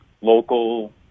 local